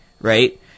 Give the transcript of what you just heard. Right